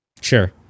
Sure